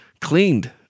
cleaned